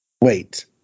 Wait